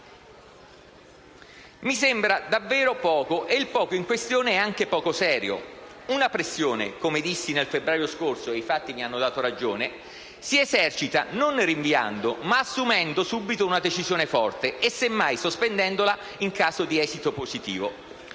Mi sembra davvero poco, e il poco in questione è anche poco serio. Una pressione - come dissi nel febbraio scorso, e i fatti mi hanno dato ragione - si esercita non rinviando, ma assumendo subito una decisione forte e, semmai sospendendola in caso di esito positivo.